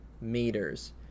meters